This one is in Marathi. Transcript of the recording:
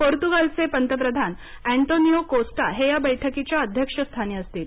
पोर्तुगालचे पंतप्रधान अँटोनिओ कोस्टा हे या बैठकीच्या अध्यक्षस्थानी असतील